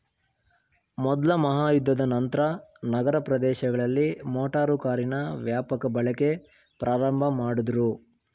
ಮೊದ್ಲ ಮಹಾಯುದ್ಧದ ನಂತ್ರ ನಗರ ಪ್ರದೇಶಗಳಲ್ಲಿ ಮೋಟಾರು ಕಾರಿನ ವ್ಯಾಪಕ ಬಳಕೆ ಪ್ರಾರಂಭಮಾಡುದ್ರು